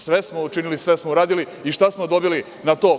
Sve smo učinili, sve smo uradili i šta smo dobili na to?